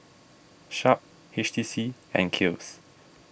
Sharp H T C and Kiehl's